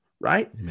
Right